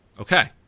Okay